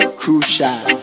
crucial